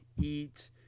eat